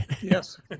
yes